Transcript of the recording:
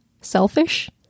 selfish